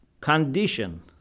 condition